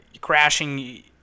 crashing